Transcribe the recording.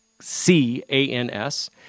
C-A-N-S